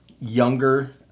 younger